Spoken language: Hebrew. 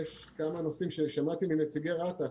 יש כמה נושאים ששמעתי מנציגי רת"א.